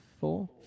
Four